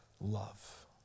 love